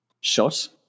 shot